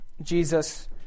Jesus